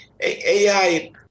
AI